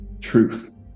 truth